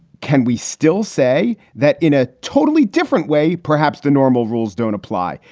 can we still say that in a totally different way? perhaps the normal rules don't apply.